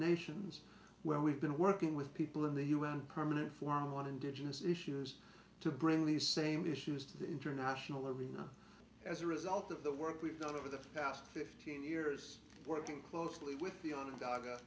nations where we've been working with people in the u n permanent form one indigenous issues to bring these same issues to the international arena as a result of the work we've done over the past fifteen years working closely with the